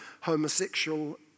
homosexual